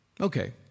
Okay